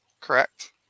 Correct